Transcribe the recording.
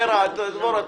בואו